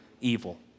evil